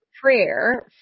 prayer